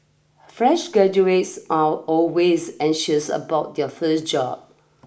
fresh graduates are always anxious about their first job